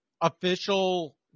official